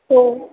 हो